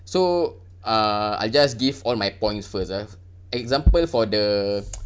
so uh I just give all my points first ah example for the